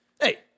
Hey